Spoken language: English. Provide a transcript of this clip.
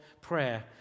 prayer